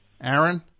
Aaron